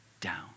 down